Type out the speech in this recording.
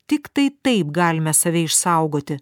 tiktai taip galime save išsaugoti